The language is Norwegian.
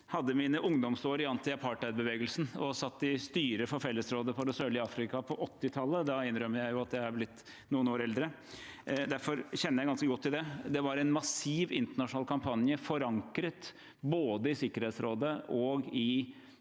hadde mine ungdomsår i antiapartheidbevegelsen og satt i styret for Fellesrådet for det Sørlige Afrika på 1980-tallet – da innrømmer jeg at jeg er blitt noen år eldre – og kjenner derfor ganske godt til det. Det var en massiv internasjonal kampanje, forankret både i Sikkerhetsrådet og i